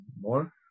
more